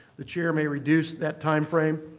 the chair may reduce that time frame.